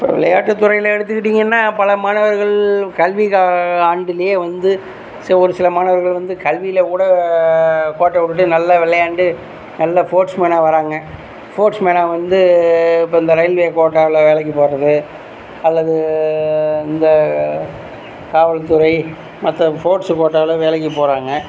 இப்போ விளையாட்டுத் துறையில் எடுத்துக்கிட்டீங்கன்னால் பல மாணவர்கள் கல்வி க ஆண்டில் வந்து ச ஒரு சில மாணவர்கள் வந்து கல்வியில் கூட கோட்டை விட்டுட்டு நல்ல விளையாண்டு நல்ல ஸ்போர்ட்ஸ்மேனாக வராங்க ஸ்போர்ட்ஸ்மேனாக வந்து இப்போ இந்த ரயில்வே கோட்டாவில் வேலைக்குப் போகிறது அல்லது இந்தக் காவல்துறை மற்ற ஸ்போர்ட்ஸ் கோட்டாவில் வேலைக்கு போகிறாங்க